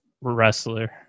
wrestler